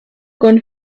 con